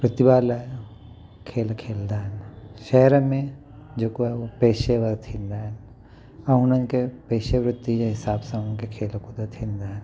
रुतवा लाइ खेल खेॾंदा आहिनि शहरनि में जेको आहे उहो पेशेवर थींदा आहिनि ऐं हुननि खे पेशेवर्ती जे हिसाब सां उन खे खेल कूद थींदा आहिनि